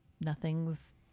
nothing's